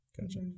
Gotcha